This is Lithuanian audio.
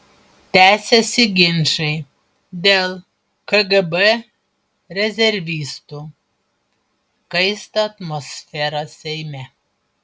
tęsiasi ginčai dėl kgb rezervistų kaista atmosfera seime